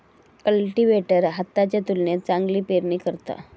cultivator हाताच्या तुलनेत चांगली पेरणी करता